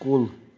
کُل